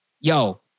yo